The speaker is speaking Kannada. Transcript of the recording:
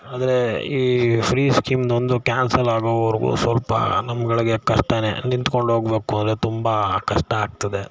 ಆದರೆ ಈ ಫ್ರೀ ಸ್ಕೀಮ್ನೊಂದು ಕ್ಯಾನ್ಸಲ್ ಆಗೋವರೆಗೂ ಸ್ವಲ್ಪ ನಮ್ಮಗಳಿಗೆ ಕಷ್ಟವೇ ನಿಂತ್ಕೊಂಡೋಗಬೇಕು ಅಂದರೆ ತುಂಬ ಕಷ್ಟ ಆಗ್ತದೆ